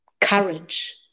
courage